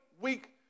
week